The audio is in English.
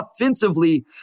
offensively